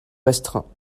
restreints